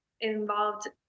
involved